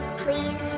please